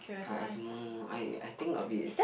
I I don't know I I think a bit